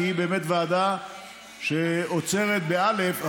כי היא באמת ועדה שאוצרת באל"ף,